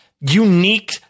unique